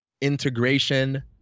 integration